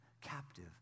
captive